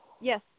Yes